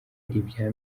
ibya